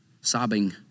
sobbing